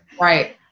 Right